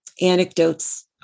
anecdotes